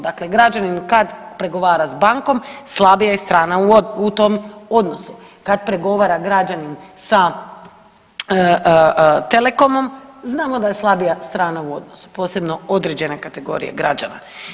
Dakle, građanin kad pregovara s bankom slabija je strana u tom odnosu, kad pregovara građanin sa telekomom, znamo da je slabija strana u odnosu, posebno određene kategorije građana.